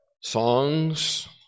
Songs